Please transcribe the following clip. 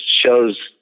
shows